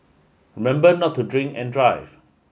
remember not to drink and drive